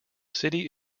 city